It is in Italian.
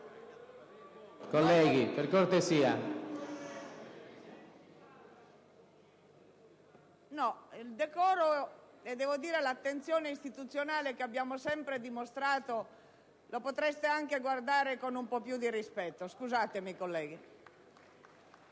Colleghi, per cortesia. BONINO *(PD)*. No. Il decoro e l'attenzione istituzionale che abbiamo sempre dimostrato li potreste anche guardare con un po' più di rispetto. Scusatemi, colleghi!